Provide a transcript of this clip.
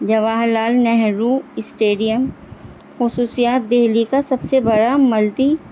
Jawahar Lal Nehru stadium خصوصیات دہلی کا سب سے بڑا ملٹی